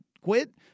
quit